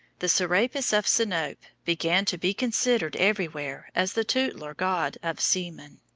the serapis of sinope began to be considered every where as the tutelar god of seamen.